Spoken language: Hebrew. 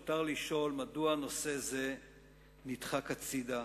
מותר לשאול מדוע נושא זה נדחק הצדה